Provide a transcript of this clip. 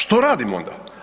Što radimo onda?